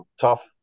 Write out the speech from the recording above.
tough